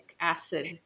acid